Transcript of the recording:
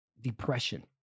depression